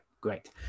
great